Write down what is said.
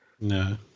No